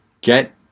get